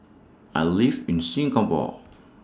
I live in Singapore